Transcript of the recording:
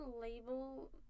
label